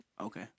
Okay